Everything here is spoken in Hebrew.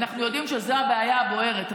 אנחנו יודעים שזו הבעיה הבוערת.